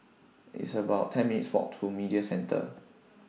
It's about ten minutes' Walk to Media Center